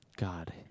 God